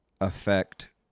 affect